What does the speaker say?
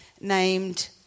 named